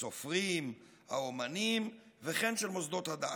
הסופרים, האומנים וכן של מוסדות הדת.